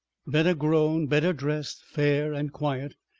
better grown, better dressed, fair and quiet,